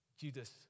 Judas